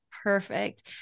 Perfect